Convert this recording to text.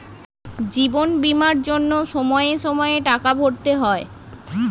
জীবন বীমার জন্য সময়ে সময়ে টাকা ভরতে হয়